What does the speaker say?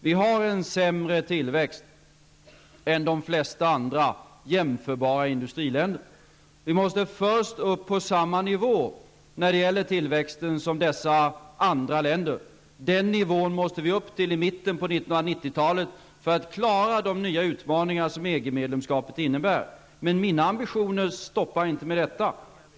Vi har en sämre tillväxt än de flesta andra jämförbara industriländer. Först måste vi upp på samma nivå som dessa andra länder när det gäller tillväxten. Vi måste upp till den nivån i mitten av 1990-talet för att klara de nya utmaningar som EG medlemskapet innebär. Men mina ambitioner stoppar inte med detta.